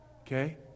Okay